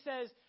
says